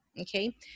okay